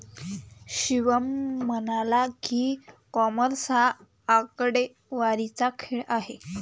शिवम म्हणाला की, कॉमर्स हा आकडेवारीचा खेळ आहे